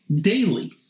daily